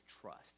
trust